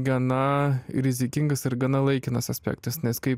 gana rizikingas ir gana laikinas aspektas nes kai